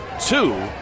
two